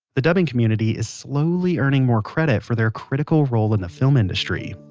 the dubbing community is slowly earning more credit for their critical role in the film industry